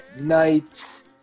night